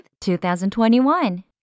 2021